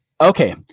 Okay